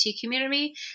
community